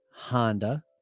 Honda